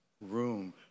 room